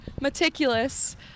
meticulous